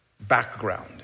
background